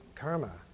karma